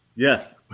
Yes